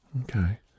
okay